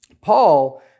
Paul